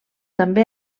també